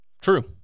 True